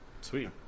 sweet